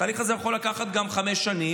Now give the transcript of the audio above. התהליך הזה יכול לקחת גם חמש שנים,